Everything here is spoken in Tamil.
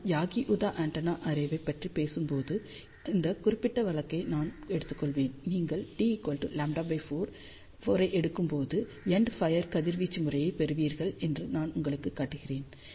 நான் யாகி உதா ஆண்டெனா அரே ஐப் பற்றி பேசும்போது இந்த குறிப்பிட்ட வழக்கை நான் எடுத்துக்கொள்வேன் நீங்கள் d λ 4 ஐ எடுக்கும்போது எண்ட் ஃபியர் கதிர்வீச்சு முறையைப் பெறுவீர்கள் என நான் உங்களுக்கு காட்டுகிறேன்